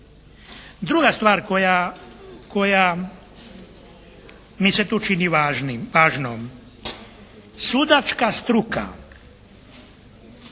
Druga stvar koja mi se tu čini važnom sudačka struka